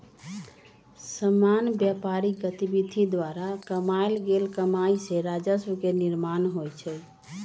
सामान्य व्यापारिक गतिविधि द्वारा कमायल गेल कमाइ से राजस्व के निर्माण होइ छइ